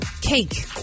cake